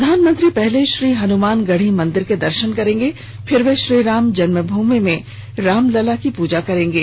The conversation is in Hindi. प्रधानमंत्री पहले श्रीहनुमानगढी मंदिर के दर्शन करेंगे फिर वे श्रीराम जन्मभूमि में रामलला की पूजा करेंगे